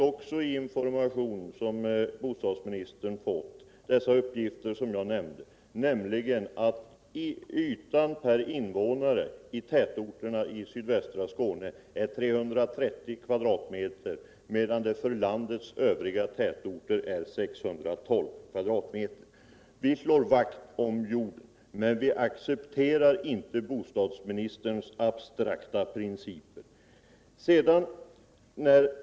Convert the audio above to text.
I information som bostadsministern har fått finns de uppgifter som jag lämnade, nämligen att markytan per invånare i tätorterna i sydvästra Skåne är 330 m?, medan den för landets övriga tätorter är 612 m”. Vi slår vakt om jorden, men vi accepterar inte bostadsministerns abstrakta principer.